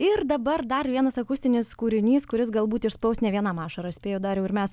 ir dabar dar vienas akustinis kūrinys kuris gal būt išspaus ne vienam ašarą spėju dariau ir mes